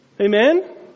Amen